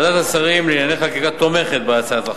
ועדת השרים לענייני חקיקה תומכת בהצעת החוק,